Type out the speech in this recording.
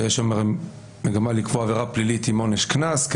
יש מגמה לקבוע עבירות פליליות עם עונש קנס,